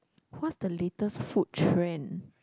what's the latest food trend